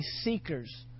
seekers